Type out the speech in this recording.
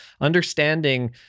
understanding